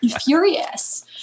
furious